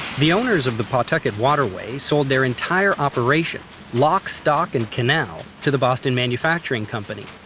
the owners of the pawtucket waterway sold their entire operation lock, stock and canal to the boston manufacturing company.